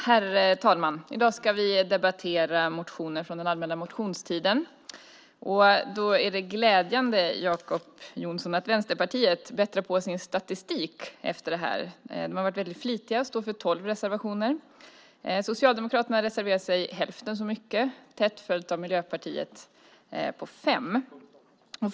Herr talman! I dag ska vi debattera motioner från den allmänna motionstiden. Det är glädjande, Jacob Johnson, att Vänsterpartiet bättrar på sin statistik. De har varit väldigt flitiga och står för tolv reservationer. Socialdemokraterna står för hälften så många, tätt följt av Miljöpartiet som har fem reservationer.